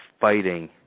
fighting